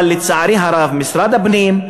אבל לצערי הרב משרד הפנים,